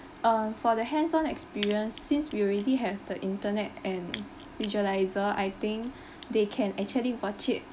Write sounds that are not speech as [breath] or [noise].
err for the hands on experience since we already have the internet and visualizer I think [breath] they can actually watch it